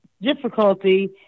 difficulty